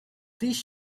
these